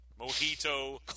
Mojito